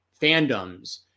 fandoms